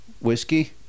whiskey